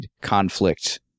conflict